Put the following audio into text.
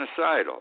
genocidal